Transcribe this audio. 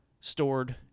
stored